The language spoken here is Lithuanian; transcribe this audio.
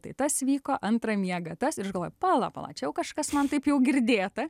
tai tas vyko antrą miegą tas ir aš galvoju pala pala čia jau kažkas man taip jau girdėta